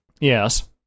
Yes